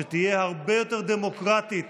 שתהיה הרבה יותר דמוקרטית